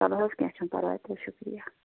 چلو حظ کیٚنٛہہ چھُنہٕ پرواے شُکریہ